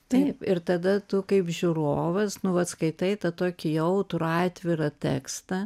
taip ir tada tu kaip žiūrovas nu vat skaitai tą tokį jautrų atvirą tekstą